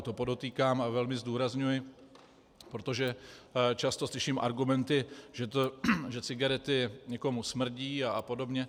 To podotýkám a velmi zdůrazňuji, protože často slyším argumenty, že cigarety někomu smrdí a podobně.